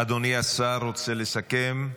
אדוני השר רוצה לסכם?